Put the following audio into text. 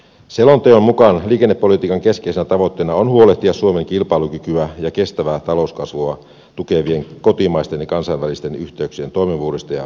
selonteon mukaan liikennepolitiikan keskeisenä tavoitteena on huolehtia suomen kilpailukykyä ja kestävää talouskasvua tukevien kotimaisten ja kansainvälisten yhteyksien toimivuudesta ja kehittämisestä